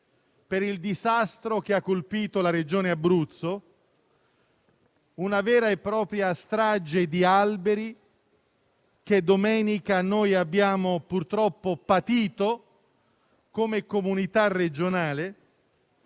sul disastro che ha colpito la Regione Abruzzo: una vera e propria strage di alberi che domenica abbiamo purtroppo patito come comunità regionale,